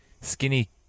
skinny